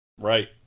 Right